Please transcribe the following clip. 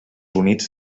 units